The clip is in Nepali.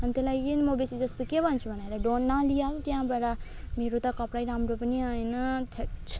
अनि त्यही लागि म बेसी जस्तो के भन्छु भन्दाखेरि डोन नलिय है त्यहाँबाट मेरो त कपडै राम्रो पनि आएन थैत्